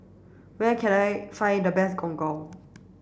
where can I find the best Gong Gong